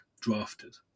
drafted